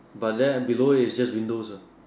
but there and below it is just windows uh